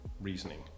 reasoning